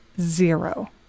Zero